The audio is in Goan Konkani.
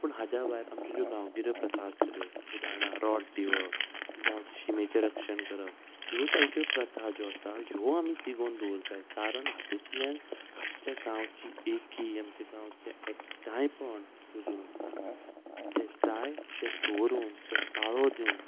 पूण हाज्या भायर आमच्यो ज्यो गांवगिऱ्यो प्रथा आसतल्यो उदाहरणां रोट दिवप गांवचे शिमेचे रक्षण करप ह्यो सारक्यो प्रथा ज्यो आसा ह्यो आमी तिगोवन दवर जाय कारण हातूंतल्यान आमच्या गांवची एकी आमचे गांवचे एकठांय पण उजून आसता ते जाय तें दवरून ते पाळो दिवन